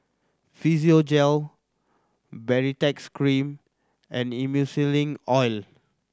Physiogel Baritex Cream and Emulsying Ointment